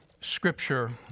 Scripture